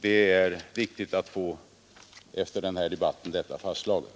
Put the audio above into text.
Det är väsentligt att få detta fastslaget.